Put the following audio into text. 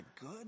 good